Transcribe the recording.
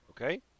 Okay